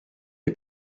est